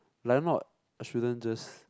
like not shouldn't just